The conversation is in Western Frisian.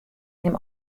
him